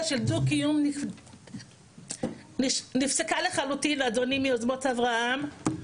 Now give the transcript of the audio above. של דו קיום נפסקה לחלוטין אדוני מיוזמות אברהם,